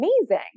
amazing